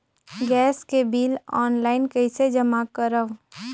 Gas के bill online कइसे जमा करव?